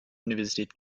universität